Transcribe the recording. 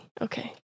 Okay